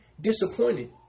disappointed